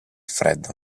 freddo